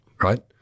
Right